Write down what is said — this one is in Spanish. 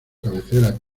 cabecera